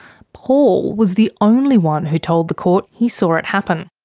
paul was the only one who told the court he saw it happen.